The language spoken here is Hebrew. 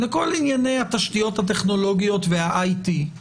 וכל ענייני התשתיות הטכנולוגיות וה-IT,